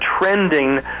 trending